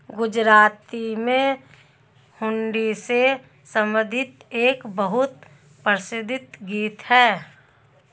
गुजराती में हुंडी से संबंधित एक बहुत प्रसिद्ध गीत हैं